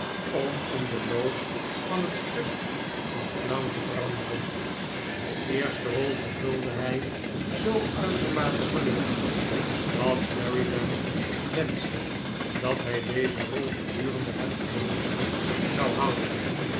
om in den loop van het stuk in clown te veranderen de eerste rol vervulde hij zoo uitermate gelukkig dat sheridan wenschte dat hij deze rol gedurende het geheele stuk zou houden